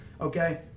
okay